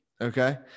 Okay